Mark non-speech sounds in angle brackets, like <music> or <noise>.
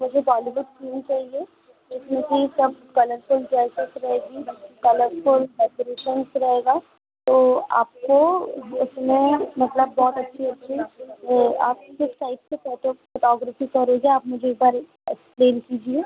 मुझे बॉलीवुड थीम चाहिए इसमें <unintelligible> सब कलरफ़ुल ड्रेसेस रहेगी करलफुल डेकोरेशन्स रहेगा तो आपको उसमें मतलब बहुत अच्छी अच्छी आपके साइड से क्या क्या फ़ोटोग्रफ़ी क्या रहेगी आप मुझे एक बार एक्सप्लेन कीजिए